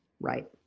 right